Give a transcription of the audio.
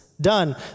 Done